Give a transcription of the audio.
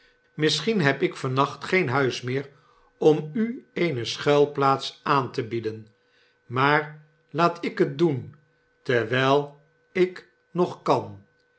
misschien heb ik van nacht geen huis meer om u eene schuilplaats aan te bieden maar laat ik het doen terwijl ik nog kan